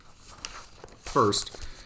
First